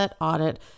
audit